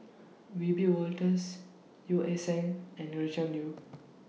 Wiebe Wolters Yeo Ah Seng and Gretchen Liu